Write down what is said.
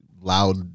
loud